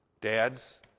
Dads